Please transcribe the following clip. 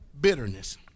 Bitterness